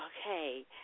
okay